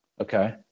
Okay